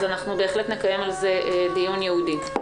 אנחנו בהחלט נקיים על זה דיון ייעודי.